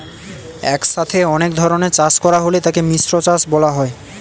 একসাথে অনেক ধরনের চাষ করা হলে তাকে মিশ্র চাষ বলা হয়